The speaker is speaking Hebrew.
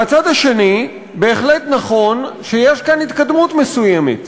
מהצד השני, בהחלט נכון שיש כאן התקדמות מסוימת,